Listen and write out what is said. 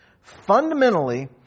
Fundamentally